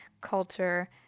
culture